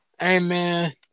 Amen